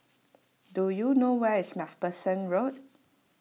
do you know where is MacPherson Road